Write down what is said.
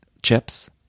chips